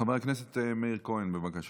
חבר הכנסת מאיר כהן, בבקשה.